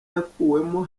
yakuwemo